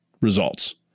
results